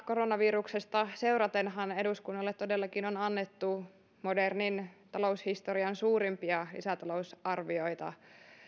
koronaviruksesta seuraten eduskunnalle todellakin on annettu modernin taloushistorian suurimpia lisätalousarvioita